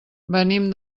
venim